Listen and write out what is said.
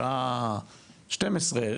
בשעה 12:00,